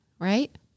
right